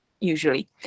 usually